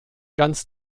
ganz